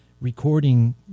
recording